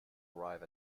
arrive